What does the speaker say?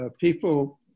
People